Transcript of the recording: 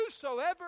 whosoever